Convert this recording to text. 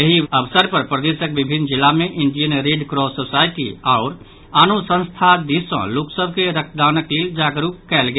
एहि अवसर पर प्रदेशक विभिन्न जिला मे इंडियन रेड क्रास सोसाइटि आओर आनो संस्था दिस सँ लोक सभ के रक्तदानक लेल जागरूक कयल गेल